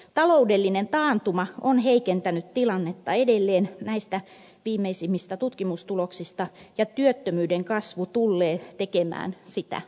taloudellinen taantuma on heikentänyt tilannetta edelleen näistä viimeisimmistä tutkimustuloksista ja työttömyyden kasvu tullee tekemään sitä lisää